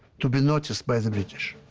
to be noticed by the british.